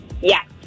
Yes